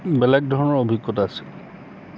বেলেগ ধৰণৰ অভিজ্ঞতা আছিল